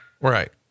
Right